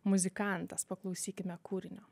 muzikantas paklausykime kūrinio